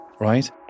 right